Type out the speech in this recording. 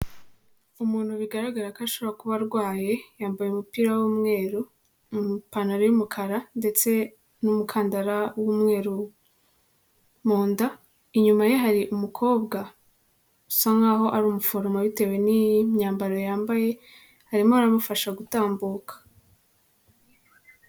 Umuntu bigaragara ko a ashobora kuba arwaye, yambaye umupira w'umweru mu ipantaro y'umukara ndetse n'umukandara w'umweru mu nda, inyuma ye hari umukobwa asa nkaho ari umuforomo bitewe n'imyambaro yambaye harimo aramufasha gutambuka.